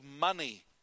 money